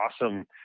awesome